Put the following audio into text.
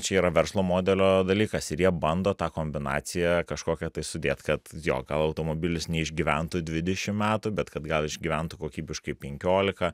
čia yra verslo modelio dalykas ir jie bando tą kombinaciją kažkokią tai sudėt kad jo gal automobilis neišgyventų dvidešim metų bet kad gal išgyventų kokybiškai penkiolika